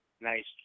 nice